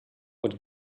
what